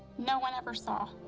no one ever saw.